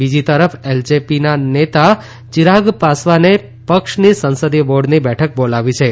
બીજી તરફ એલજેપીના અધ્યક્ષ ચિરાગ પાસવાને પક્ષની સંસદીય બોર્ડની બેઠક બોલાવી છે